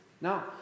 Now